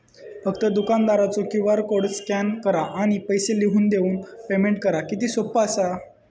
फक्त दुकानदारचो QR code scan करा आणि पैसे लिहून देऊन पेमेंट करा किती सोपा असा